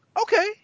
Okay